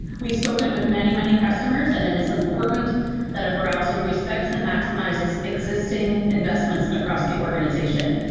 we've spoken with many many customers, and it is important that a browser respects and maximizes existing investments across the organization.